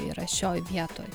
yra šioj vietoj